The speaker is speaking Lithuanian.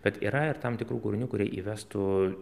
bet yra ir tam tikrų kūrinių kurie įvestų